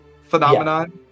phenomenon